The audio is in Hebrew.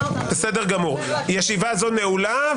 ישיבה זו נעולה.